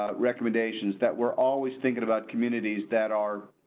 ah recommendations that we're always thinking about communities that are.